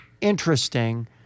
interesting